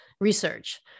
research